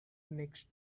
next